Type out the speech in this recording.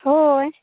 ᱦᱳᱭ